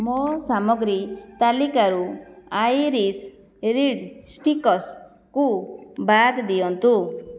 ମୋ ସାମଗ୍ରୀ ତାଲିକାରୁ ଆଇରିଶରିଡ଼ ଷ୍ଟିକର୍ସକୁ ବାଦ ଦିଅନ୍ତୁ